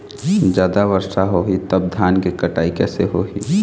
जादा वर्षा होही तब धान के कटाई कैसे होही?